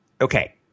Okay